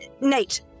Nate